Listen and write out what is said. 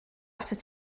atat